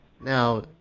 Now